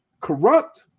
corrupt